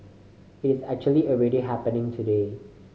it's actually already happening today